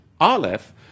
aleph